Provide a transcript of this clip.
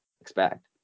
expect